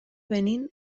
benín